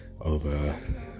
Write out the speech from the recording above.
over